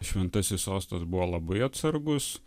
šventasis sostas buvo labai atsargus